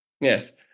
Yes